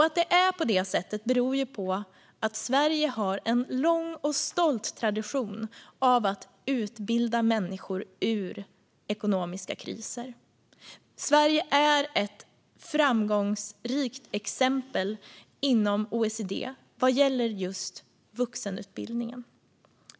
Att det är på detta sätt beror på att Sverige har en lång och stolt tradition av att utbilda människor ur ekonomiska kriser. Sverige är ett framgångsrikt exempel inom OECD vad gäller just vuxenutbildning.